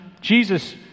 Jesus